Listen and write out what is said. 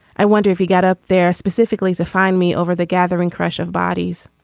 i wonder if he got up there specifically to find me over the gathering crush of bodies.